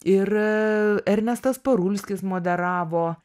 ir ernestas parulskis moderavo